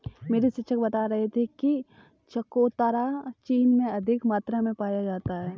मेरे शिक्षक बता रहे थे कि चकोतरा चीन में अधिक मात्रा में पाया जाता है